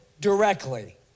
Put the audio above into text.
directly